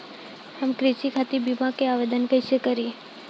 हम कृषि खातिर बीमा क आवेदन कइसे करि?